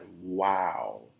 wow